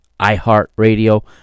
iHeartRadio